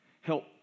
help